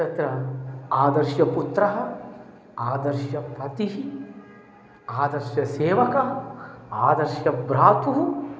तत्र आदर्शपुत्रः आदर्शपतिः आदर्शसेवकः आदर्शभ्रातुः